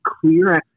clear